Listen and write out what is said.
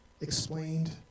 explained